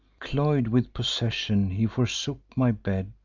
cloy'd with possession, he forsook my bed,